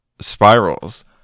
Spirals